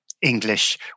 English